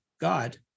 God